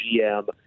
GM